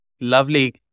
Lovely